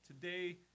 today